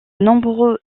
nombreux